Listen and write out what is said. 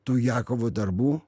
tų jakovo darbų